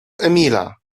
emila